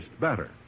better